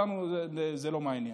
אותנו זה לא מעניין.